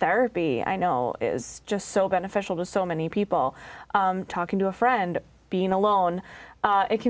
therapy i know is just so beneficial to so many people talking to a friend being alone it can